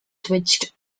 switched